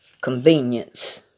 convenience